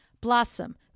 Blossom